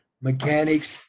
mechanics